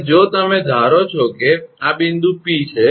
અને જો તમે ધારો છો કે આ બિંદુ 𝑃 છે